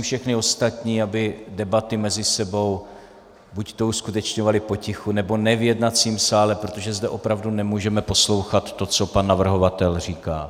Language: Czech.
Všechny ostatní prosím, aby debaty mezi sebou buďto uskutečňovali potichu, nebo ne v jednacím sále, protože zde opravdu nemůžeme poslouchat to, co pan navrhovatel říká.